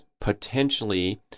potentially